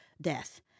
death